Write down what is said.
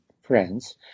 friends